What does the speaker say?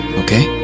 okay